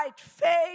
faith